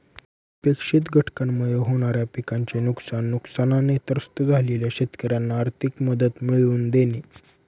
अनपेक्षित घटनांमुळे होणाऱ्या पिकाचे नुकसान, नुकसानाने त्रस्त झालेल्या शेतकऱ्यांना आर्थिक मदत मिळवून देणे